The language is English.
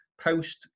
post